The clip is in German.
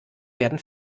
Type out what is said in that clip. werden